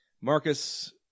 Marcus